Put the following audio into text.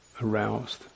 aroused